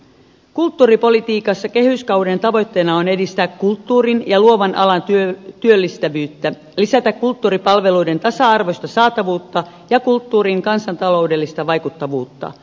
kulttuuripolitiikassa kehyskauden tavoitteena on edistää kulttuurin ja luovan alan työllistävyyttä lisätä kulttuuripalveluiden tasa arvoista saatavuutta ja kulttuurin kansantaloudellista vaikuttavuutta